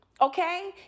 Okay